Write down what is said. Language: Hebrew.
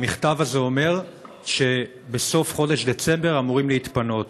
והמכתב הזה אומר שבסוף חודש דצמבר הם אמורים להתפנות.